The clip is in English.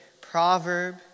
proverb